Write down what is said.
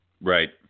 right